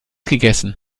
gegessen